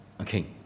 Okay